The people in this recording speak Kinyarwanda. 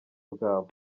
bwabo